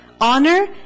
Honor